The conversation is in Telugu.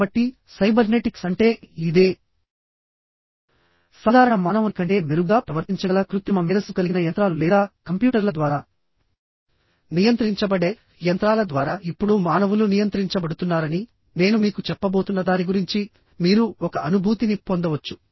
కాబట్టి సైబర్నెటిక్స్ అంటే ఇదే సాధారణ మానవుని కంటే మెరుగ్గా ప్రవర్తించగల కృత్రిమ మేధస్సు కలిగిన యంత్రాలు లేదా కంప్యూటర్ల ద్వారా నియంత్రించబడే యంత్రాల ద్వారా ఇప్పుడు మానవులు నియంత్రించబడుతున్నారని నేను మీకు చెప్పబోతున్నదాని గురించి మీరు ఒక అనుభూతిని పొందవచ్చు